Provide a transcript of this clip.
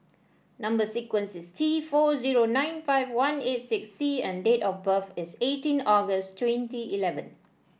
number sequence is T four zero nine five one eight six C and date of birth is eighteen August twenty eleven